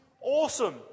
awesome